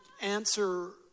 answer